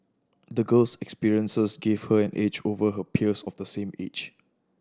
the girl's experiences gave her an edge over her peers of the same age